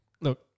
look